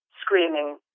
screaming